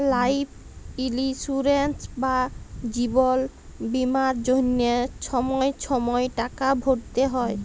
life insurance বা জিবল বীমার জ্যনহে ছময় ছময় টাকা ভ্যরতে হ্যয়